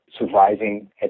surviving